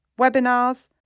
webinars